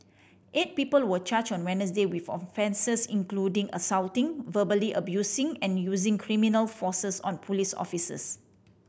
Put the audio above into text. eight people were charged on Wednesday with offences including assaulting verbally abusing and using criminal force on police officers